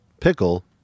pickle